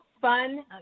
fun